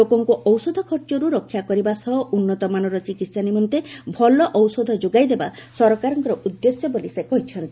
ଲୋକଙ୍କୁ ଔଷଧ ଖର୍ଚ୍ଚରୁ ରକ୍ଷା କରିବା ସହ ଉନ୍ନତମାନର ଚିକିତ୍ସା ନିମନ୍ତେ ଭଲ ଔଷଧ ଯୋଗାଇଦେବା ସରକାରଙ୍କର ଉଦ୍ଦେଶ୍ୟ ବୋଲି ସେ କହିଚ୍ଛନ୍ତି